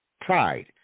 Pride